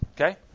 Okay